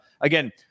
again